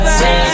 say